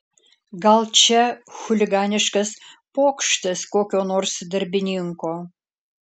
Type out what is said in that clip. gal čia chuliganiškas pokštas kokio nors darbininko